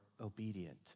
obedient